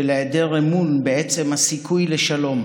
של היעדר אמון בעצם הסיכוי לשלום.